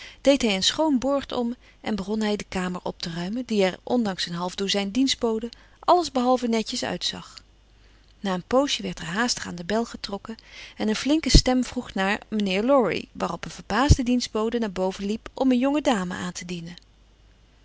deed hij een schoon boord om en begon hij de kamer op te ruimen die er ondanks een half dozijn dienstboden alles behalve netjes uitzag na een poosje werd er haastig aan de bel getrokken en een flinke stem vroeg naar mijnheer laurie waarop een verbaasde dienstbode naar boven liep om een jonge dame aan te dienen